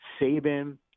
saban